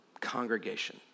congregation